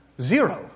zero